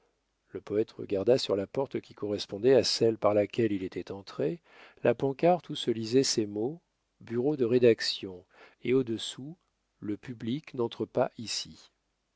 le poète regarda sur la porte qui correspondait à celle par laquelle il était entré la pancarte où se lisaient ces mots bureau de rédaction et au-dessous le public n'entre pas ici